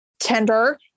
tender